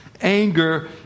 Anger